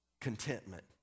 contentment